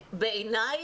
בעיניי,